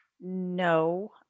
No